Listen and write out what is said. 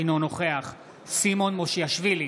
אינו נוכח סימון מושיאשוילי,